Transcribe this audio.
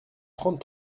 trente